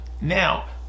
now